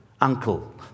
uncle